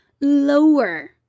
lower